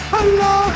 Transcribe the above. Hello